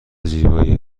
زیبایی